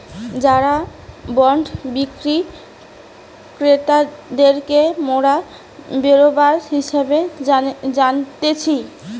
যারা বন্ড বিক্রি ক্রেতাদেরকে মোরা বেরোবার হিসেবে জানতিছে